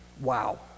Wow